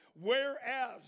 Whereas